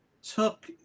Took